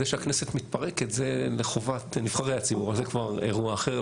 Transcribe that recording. זה שהכנסת מתפרקת זה לחובת נבחרי הציבור אבל זה כבר אירוע אחר,